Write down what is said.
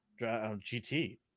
GT